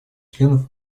членов